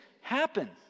happen